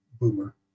boomer